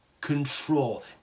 control